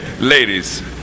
ladies